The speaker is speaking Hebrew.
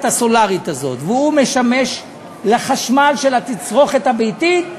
הסולרית וזה משמש לחשמל של התצרוכת הביתית,